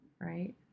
right